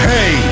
Hey